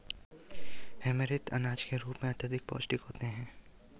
amaranth अनाज के रूप में अत्यंत पौष्टिक होता है